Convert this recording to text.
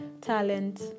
talent